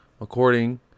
according